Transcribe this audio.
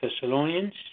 Thessalonians